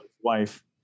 wife